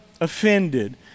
offended